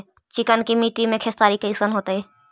चिकनकी मट्टी मे खेसारी कैसन होतै?